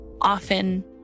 often